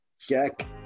jack